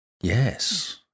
Yes